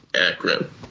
Akron